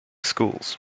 schools